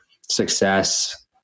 success